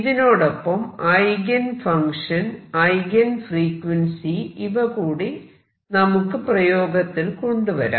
ഇതിനോടൊപ്പം eigen function eigen frequency ഇവ കൂടി നമുക്ക് പ്രയോഗത്തിൽ കൊണ്ടുവരാം